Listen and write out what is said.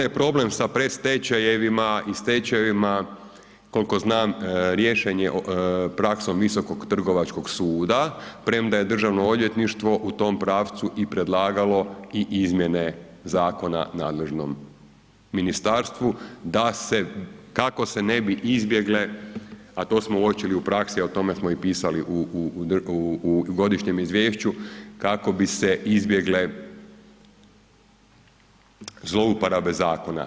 Onaj problem sa predstečajevima i stečajevima, koliko znam riješen je praksom Visokog trgovačkog suda premda je Državno odvjetništvo u tom pravcu i to predlagalo i izmjene zakona nadležnom ministarstvu da se kako se ne bi izbjegle a to smo uočili u praksi a o tome smo i pisali u godišnjem izvješću, kako bi se izbjegle zlouporabe zakona.